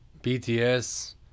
BTS